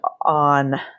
on